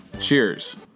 Cheers